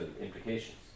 implications